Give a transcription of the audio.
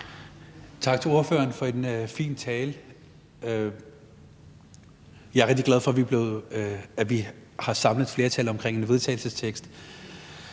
Tak til ordføreren for en fin tale. Jeg er rigtig glad for, at vi har samlet et flertal omkring en vedtagelsestekst.